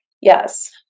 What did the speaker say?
yes